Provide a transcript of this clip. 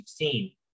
2016